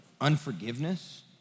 unforgiveness